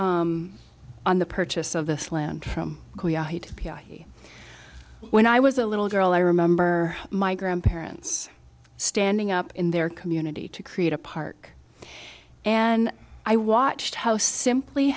support on the purchase of this land from when i was a little girl i remember my grandparents standing up in their community to create a park and i watched how simply